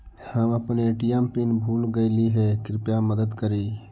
हम अपन ATM PIN भूल गईली हे, कृपया मदद करी